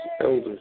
elders